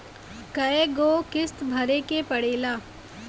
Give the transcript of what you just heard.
कय गो किस्त भरे के पड़ेला?